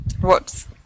Whoops